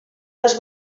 les